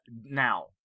Now